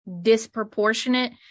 Disproportionate